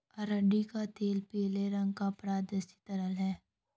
अरंडी का तेल पीले रंग का पारदर्शी तरल है